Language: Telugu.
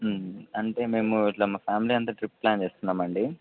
అంటే మేము ఇట్లా మా ఫ్యామిలీ అంతా ట్రిప్ ప్లాన్ చేస్తున్నాం అండి